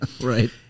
Right